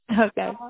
Okay